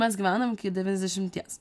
mes gyvenam iki devyniasdešimties